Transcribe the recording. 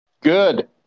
Good